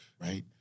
Right